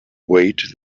wait